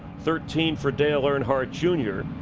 thirteen for dale earnhardt jr.